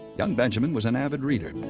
young benjamin was an avid reader,